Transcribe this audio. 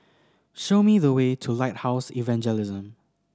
show me the way to Lighthouse Evangelism